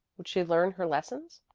would she learn her lessons?